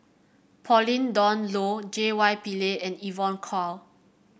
Pauline Dawn Loh J Y Pillay and Evon Kow